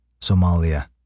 Somalia